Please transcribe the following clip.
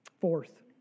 Fourth